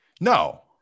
No